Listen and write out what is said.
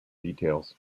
details